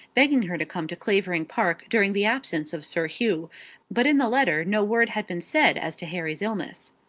begging her to come to clavering park during the absence of sir hugh but in the letter no word had been said as to harry's illness.